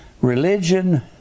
religion